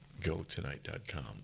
Gotonight.com